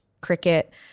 cricket